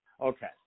Okay